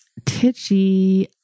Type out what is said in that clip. Titchy